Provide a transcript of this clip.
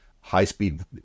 high-speed